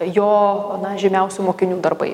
jo na žymiausių mokinių darbai